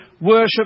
worship